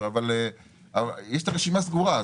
אבל יש רשימה סגורה.